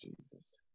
Jesus